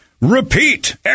repeat